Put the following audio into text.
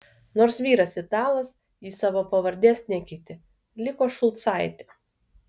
nors vyras italas ji savo pavardės nekeitė liko šulcaitė